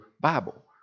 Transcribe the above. Bible